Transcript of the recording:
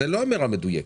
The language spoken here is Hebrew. זו לא אמירה מדויקת.